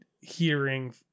hearing